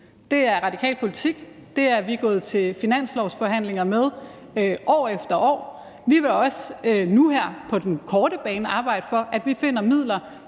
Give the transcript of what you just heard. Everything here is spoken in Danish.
Det er radikal politik, det er vi gået til finanslovsforhandlingerne med år efter år. Vi vil også nu her på den korte bane arbejde for, at vi finder midler